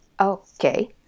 Okay